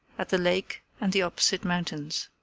at the lake and the opposite mountains.